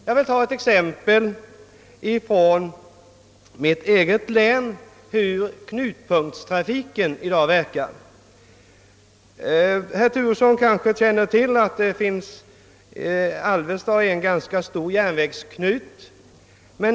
Jag vill ta ett exempel från mitt eget län på hur knutpunktstrafiken i dag verkar. Herr Turesson kanske känner till att Alvesta är en ganska stor järnvägsknut.